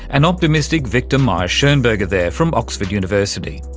an optimistic viktor mayer-schonberger there from oxford university.